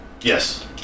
Yes